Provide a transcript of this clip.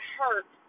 hurt